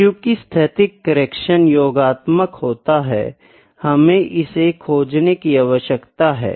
क्योंकि स्थैतिक करेक्शन योगात्मक होता हैं हमें इसे खोजने की आवश्यकता है